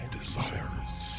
desires